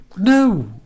no